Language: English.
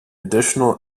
additional